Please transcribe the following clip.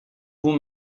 vous